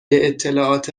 اطلاعات